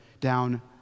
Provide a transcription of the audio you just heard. down